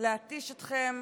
להתיש אתכם